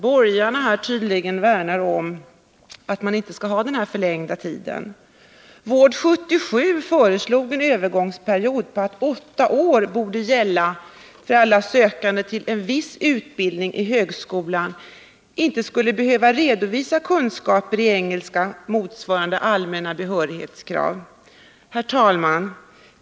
Borgarna vill tydligen inte gå med på en förlängd utbildningstid. Vård 77 föreslog att alla sökande till vissa utbildningar i högskolan under en övergångsperiod på åtta år inte skulle behöva redovisa kunskaper i engelska motsvarande allmänna behörighetskrav. Herr talman!